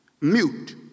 mute